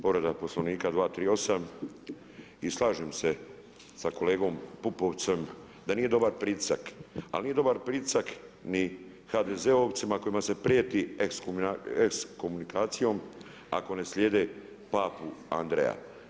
Povreda Poslovnika 238. i slažem se sa kolegom Pupovcem da nije dobar pritisak, ali nije dobar pritisak ni HDZ-ovcima kojim se prijeti ekskomunikacijom ako ne slijede Papu Andreja.